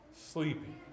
sleeping